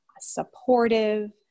supportive